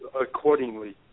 accordingly